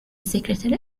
secretary